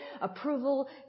approval